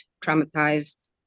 traumatized